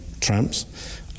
tramps